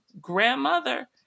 grandmother